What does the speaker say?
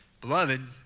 Beloved